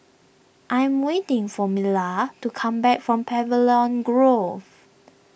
I am waiting for Myla to come back from Pavilion Grove